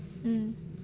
mm